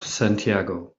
santiago